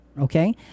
okay